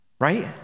right